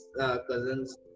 cousins